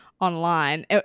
online